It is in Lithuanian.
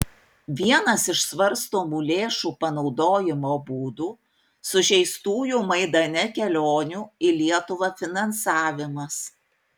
vienas iš svarstomų lėšų panaudojimo būdų sužeistųjų maidane kelionių į lietuvą finansavimas